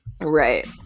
Right